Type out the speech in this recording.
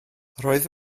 roedd